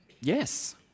yes